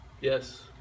yes